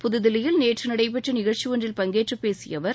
புதுதில்லியில் நேற்று நடைபெற்ற நிகழ்ச்சி ஒன்றில் பங்கேற்று பேசிய அவர்